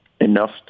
Enough